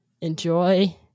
enjoy